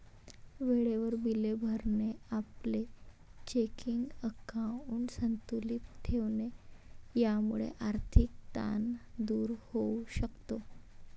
वेळेवर बिले भरणे, आपले चेकिंग अकाउंट संतुलित ठेवणे यामुळे आर्थिक ताण दूर होऊ शकतो